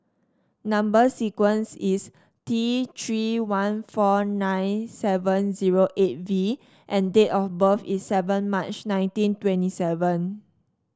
number sequence is T Three one four nine seven zero eight V and date of birth is seven March nineteen twenty seven